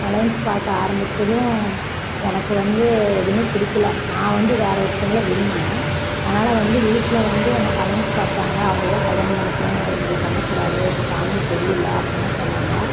alliance பார்க்க ஆரமித்ததும் எனக்கு வந்து எதுவுமே பிடிக்கல நான் வந்து வேறு ஒருத்தவர்கள விரும்பினேன் அதனால வந்து வீட்டில் வந்து எனக்கு அலைன்ஸ் பார்த்தாங்க அவங்களைதான் கல்யாணம் பண்ணிக்கணும் இவங்களை பண்ண கூடாது அவங்க ஃபேம்லி சரி இல்லை அப்பிட்லாம் சொன்னாங்க